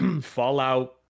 Fallout